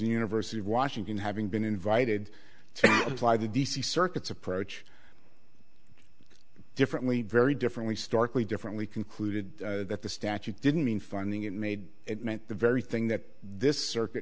university of washington having been invited to apply the d c circuits approach differently very differently starkly differently concluded that the statute didn't mean funding it made it meant the very thing that this circuit